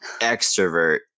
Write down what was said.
extrovert